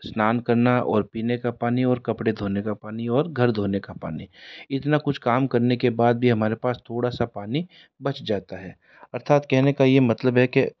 स्नान करना और पीने का पानी और कपड़े धोने का पानी और घर धोने का पानी इतना कुछ काम करने के बाद भी हमारे पास थोड़ा सा पानी बच जाता है अर्थात कहने का ये मतलब है कि